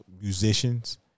musicians